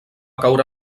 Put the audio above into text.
caure